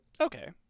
Okay